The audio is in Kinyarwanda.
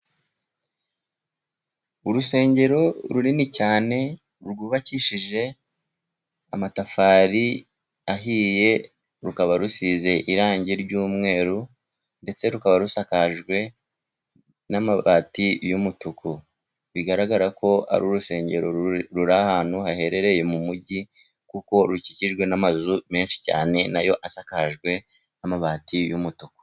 Urusengero runini cyane, rwubakishije amatafari ahiye, rukaba rusize irangi ry'umweru, ndetse rukaba rusakajwe n'amabati y'umutuku. Bigaragara ko ari urusengero ruri ahantu haherereye mu mugi, kuko rukikijwe n'amazu menshi cyane nayo asakajwe n'amabati y'umutuku.